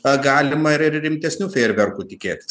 ar galima ir rimtesnių fejerverkų tikėtis